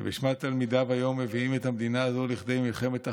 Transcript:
שבשמה תלמידיו מביאים את המדינה הזו למלחמת אחים,